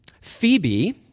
Phoebe